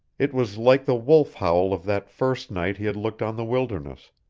it was like the wolf-howl of that first night he had looked on the wilderness,